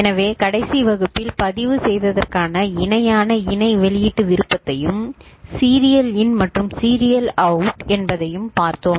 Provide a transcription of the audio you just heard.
எனவே கடைசி வகுப்பில் பதிவு செய்வதற்கான இணையான இணை வெளியீட்டு விருப்பத்தையும் சீரியல் இன் மற்றும் சீரியல் அவுட் சரி என்பதையும் பார்த்தோம்